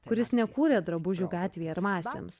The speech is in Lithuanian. kuris nekūrė drabužių gatvei ar masėms